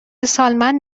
سالمند